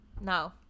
no